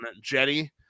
Jetty